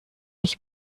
ich